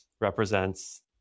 represents